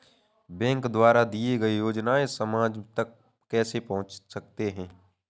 Bank द्वारा दिए गए योजनाएँ समाज तक कैसे पहुँच सकते हैं?